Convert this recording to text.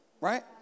right